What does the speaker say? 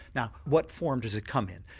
now what form does it come in?